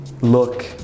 look